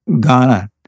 Ghana